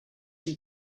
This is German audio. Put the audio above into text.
dem